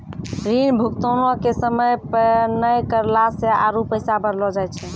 ऋण भुगतानो के समय पे नै करला से आरु पैसा बढ़लो जाय छै